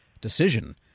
decision